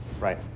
right